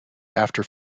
after